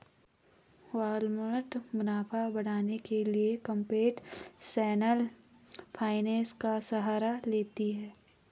Walmart मुनाफा बढ़ाने के लिए कंप्यूटेशनल फाइनेंस का सहारा लेती है